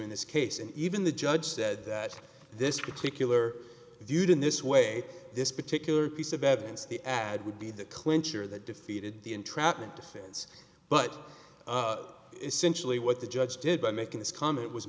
in this case and even the judge said that this particular viewed in this way this particular piece of evidence the ad would be the clincher that defeated the entrapment but essentially what the judge did by making this comment was